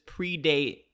predate